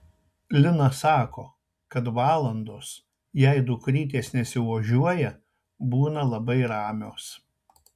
lina sako kad valandos jei dukrytės nesiožiuoja būna labai ramios